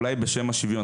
אולי בשם השוויון,